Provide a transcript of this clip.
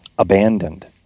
abandoned